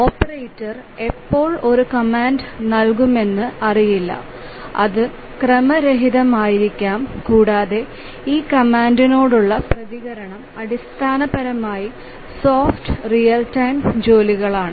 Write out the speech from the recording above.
operator എപ്പോൾ ഒരു command നൽകുമെന്ന് അറിയില്ല അത് ക്രമരഹിതമായിരിക്കാം കൂടാതെ ഈ കമാൻഡിനോടുള്ള പ്രതികരണം അടിസ്ഥാനപരമായിസോഫ്റ്റ് റിയൽ ടൈം ജോലികളാണ്